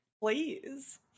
Please